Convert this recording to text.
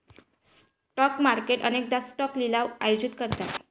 stock market अनेकदा stock लिलाव आयोजित करतात